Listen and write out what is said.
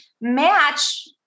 match